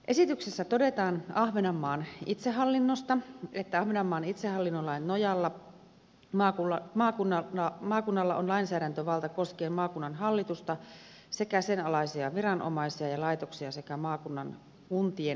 esityksessä todetaan ahvenanmaan itsehallinnosta että ahvenanmaan itsehallintolain nojalla maakunnalla on lainsäädäntövalta koskien maakunnan hallitusta sekä sen alaisia viranomaisia ja laitoksia sekä maakunnan kuntien hallintoa